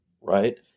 right